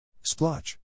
splotch